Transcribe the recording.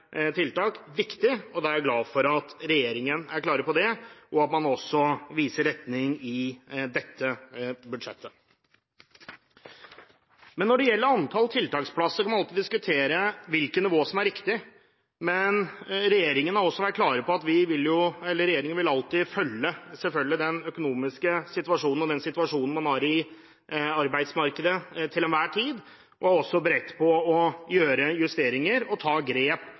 er jeg glad for at regjeringen er klar på det, og at man også viser retning i dette budsjettet. Når det gjelder antall tiltaksplasser, kan man alltid diskutere hvilket nivå som er riktig. Men regjeringen har vært klar på at den selvfølgelig alltid vil følge den økonomiske situasjonen og situasjonen man har i arbeidsmarkedet til enhver tid, og er også beredt til å gjøre justeringer og ta grep